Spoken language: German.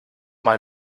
mal